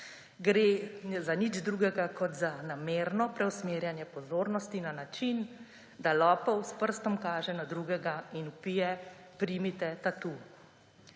Gre za nič drugega kot za namerno preusmerjanje pozornosti na način, da lopov s prstom kaže na drugega in vpije, primite tatu.